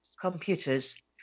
computers